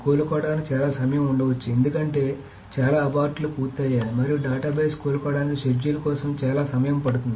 కోలుకోవడానికి చాలా సమయం ఉండవచ్చు ఎందుకంటే చాలా అబార్ట్లు పూర్తయ్యాయి మరియు డేటాబేస్ కోలుకోవడానికి షెడ్యూల్ కోసం చాలా సమయం పడుతుంది